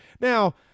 Now